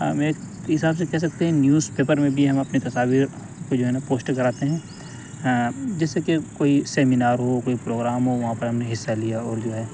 ہم ایک حساب سے کہہ سکتے ہیں نیوز پیپر میں بھی ہم اپنی تصاویر جو ہے نا پوسٹ کراتے ہیں جیسے کہ کوئی سیمینار ہو کوئی پروگرام ہو وہاں پر ہم نے حصہ لیا اور جو ہے